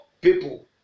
people